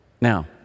Now